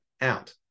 out